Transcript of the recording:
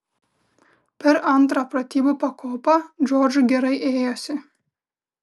per antrą pratybų pakopą džordžui gerai ėjosi